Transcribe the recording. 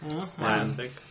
Classic